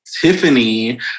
tiffany